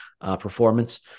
performance